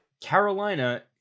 Carolina